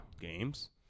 Games